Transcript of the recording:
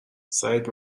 سعید